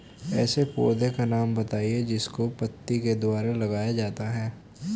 ऐसे पौधे का नाम बताइए जिसको पत्ती के द्वारा उगाया जाता है